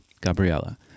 Gabriella